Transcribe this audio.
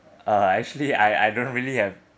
uh actually I I don't really have